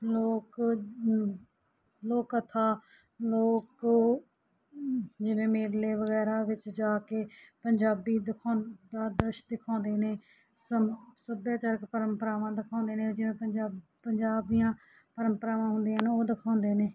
ਲੋਕ ਲੋਕ ਕਥਾ ਲੋਕ ਜਿਵੇਂ ਮੇਲੇ ਵਗੈਰਾ ਵਿੱਚ ਜਾ ਕੇ ਪੰਜਾਬੀ ਦਿਖਾਉਂਦਾ ਦ੍ਰਿਸ਼ ਦਿਖਾਉਂਦੇ ਨੇ ਸਮ ਸੱਭਿਆਚਾਰਕ ਪਰੰਪਰਾਵਾਂ ਦਿਖਾਉਂਦੇ ਨੇ ਜਿਵੇਂ ਪੰਜਾ ਪੰਜਾਬ ਦੀਆਂ ਪਰੰਪਰਾਵਾਂ ਹੁੰਦੀਆਂ ਹਨ ਉਹ ਦਿਖਾਉਂਦੇ ਨੇ